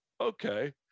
okay